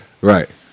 Right